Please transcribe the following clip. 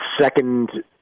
second